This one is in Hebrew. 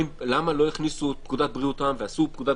למה לא הכניסו את פקודת בריאות העם ועשו פקודת